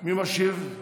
מי משיב?